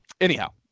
Anyhow